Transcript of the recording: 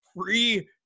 free